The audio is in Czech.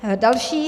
Další.